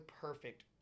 perfect